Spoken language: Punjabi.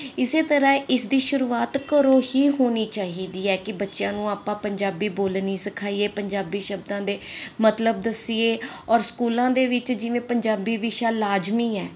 ਇਸੇ ਤਰ੍ਹਾਂ ਇਸ ਦੀ ਸ਼ੁਰੂਆਤ ਘਰੋ ਹੀ ਹੋਣੀ ਚਾਹੀਦੀ ਹੈ ਕਿ ਬੱਚਿਆਂ ਨੂੰ ਆਪਾਂ ਪੰਜਾਬੀ ਬੋਲਨੀ ਸਿਖਾਈਏ ਪੰਜਾਬੀ ਸ਼ਬਦਾਂ ਦੇ ਮਤਲਬ ਦੱਸੀਏ ਔਰ ਸਕੂਲਾਂ ਦੇ ਵਿੱਚ ਜਿਵੇਂ ਪੰਜਾਬੀ ਵਿਸ਼ਾ ਲਾਜਮੀ ਹੈ